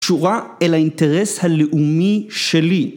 תשורה אל האינטרס הלאומי שלי